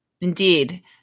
Indeed